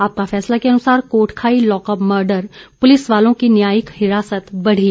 आपका फैसला के अनुसार कोटखाई लॉकअप मर्डर पुलिसवालों की न्यायिक हिरासत बढ़ी